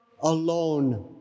alone